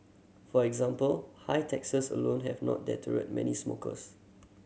for example high taxes alone have not deterred many smokers